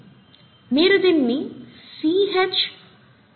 మీరు దీనిని 3 గా సూచించవచ్చు